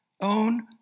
own